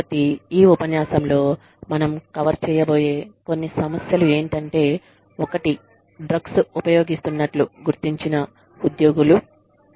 కాబట్టి ఈ ఉపన్యాసంలో మనం కవర్ చేయబోయే కొన్ని సమస్యలు ఏంటంటే ఒకటి డ్రగ్స్ ఉపయోగిస్తున్నట్లు గుర్తించిన ఉద్యోగులు